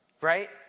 right